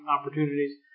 opportunities